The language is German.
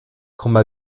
kommen